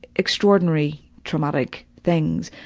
extraordinary traumatic things.